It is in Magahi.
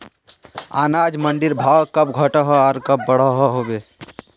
अनाज मंडीर भाव कब घटोहो आर कब बढ़ो होबे?